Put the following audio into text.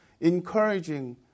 encouraging